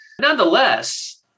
Nonetheless